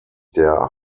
der